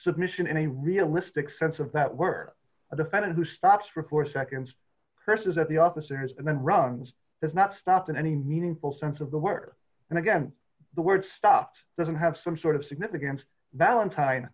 submission in a realistic sense of that word a defendant who stops for four seconds curses at the officers and then runs does not stop in any meaningful sense of the word and again the word stuff doesn't have some sort of significance ballantine